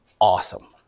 awesome